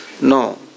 No